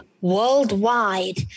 worldwide